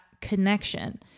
connection